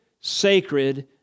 sacred